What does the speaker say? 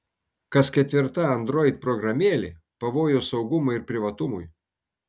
kas ketvirta android programėlė pavojus saugumui ir privatumui